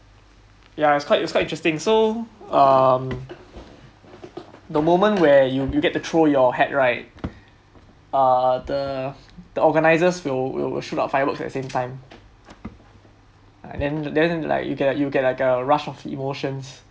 ya it's quite it‘s quite interesting so um the moment where you you get throw your hat right uh the the organisers will will shoot up firewoods at the same time and then then like you get you get like a rush of emotions